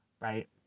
right